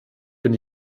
bin